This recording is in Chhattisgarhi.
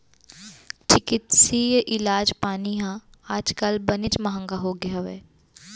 चिकित्सकीय इलाज पानी ह आज काल बनेच महँगा होगे हवय